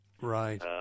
Right